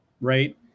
right